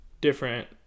different